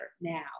now